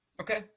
Okay